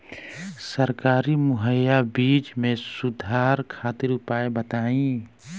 सरकारी मुहैया बीज में सुधार खातिर उपाय बताई?